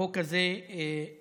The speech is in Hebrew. החוק הזה שלי,